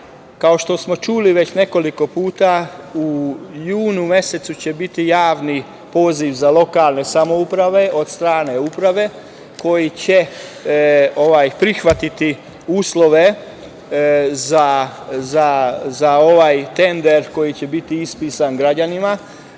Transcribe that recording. Kao što smo čuli, već nekoliko puta u junu mesecu će biti javni poziv za lokalne samouprave od strane uprave koji će prihvatiti uslove za ovaj tender koji će biti ispisan građanima.